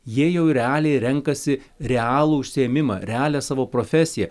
jie jau realiai renkasi realų užsiėmimą realią savo profesiją